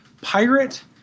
pirate